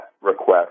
request